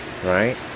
Right